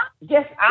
Yes